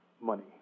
money